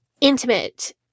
intimate